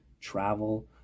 travel